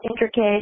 intricate